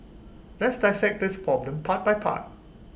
let's dissect this problem part by part